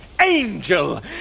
angel